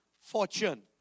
fortune